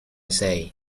say